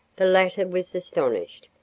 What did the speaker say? the latter was astonished,